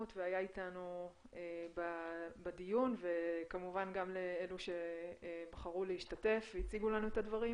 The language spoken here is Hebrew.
והיה איתנו בדיון וכמובן גם לאלה שבחרו להשתתף והציגו לנו את הדברים,